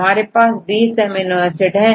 हमारे पास20 amino acid है